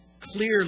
clearly